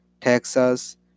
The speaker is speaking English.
Texas